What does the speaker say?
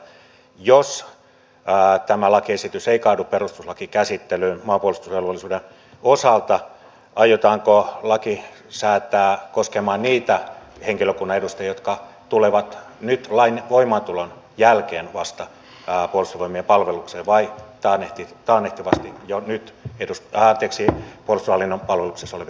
jos tämä lakiesitys ei kaadu perustuslakikäsittelyyn maanpuolustusvelvollisuuden osalta aiotaanko laki säätää koskemaan niitä henkilökunnan edustajia jotka tulevat nyt vasta lain voimaantulon jälkeen puolustusvoimien palvelukseen vai koskemaan taannehtivasti jo nyt puolustushallinnon palveluksessa olevaa henkilökuntaa